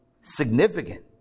significant